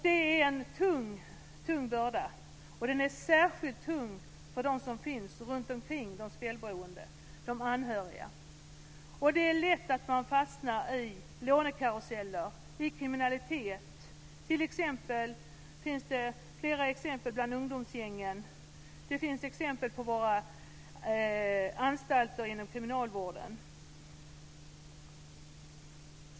Det är en tung börda, särskilt för dem som finns runtomkring de spelberoende, de anhöriga. Det är lätt att man fastnar i lånekaruseller och i kriminalitet. Det finns flera exempel bland ungdomsgängen, och det finns exempel på våra anstalter inom kriminalvården.